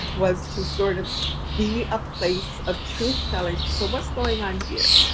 was to sort of be a place of truth telling. so what's going on here?